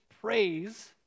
praise